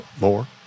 more